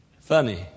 Funny